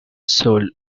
sold